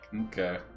Okay